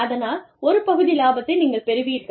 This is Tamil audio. அதனால் ஒரு பகுதி லாபத்தை நீங்கள் பெறுவீர்கள்